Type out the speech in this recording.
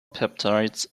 peptides